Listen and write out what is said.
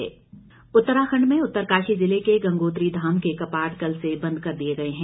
कपाट उत्तराखंड में उत्तरकाशी जिले के गंगोत्री धाम के कपाट कल से बंद कर दिए गए हैं